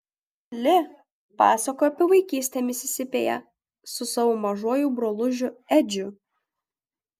li pasakojo apie vaikystę misisipėje su savo mažuoju brolužiu edžiu